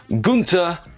Gunter